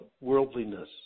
worldliness